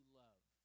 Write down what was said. love